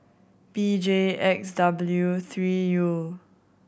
B J X W three U